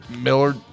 Miller